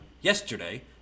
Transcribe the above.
yesterday